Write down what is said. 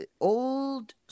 old